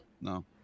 No